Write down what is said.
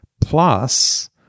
Plus